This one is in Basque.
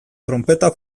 tronpeta